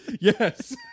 Yes